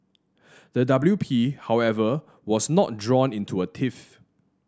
the W P however was not drawn into a tiff